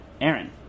Aaron